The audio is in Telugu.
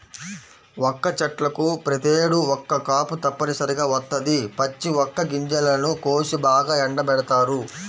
వక్క చెట్లకు ప్రతేడు ఒక్క కాపు తప్పనిసరిగా వత్తది, పచ్చి వక్క గింజలను కోసి బాగా ఎండబెడతారు